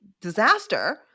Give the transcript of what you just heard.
disaster